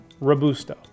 Robusto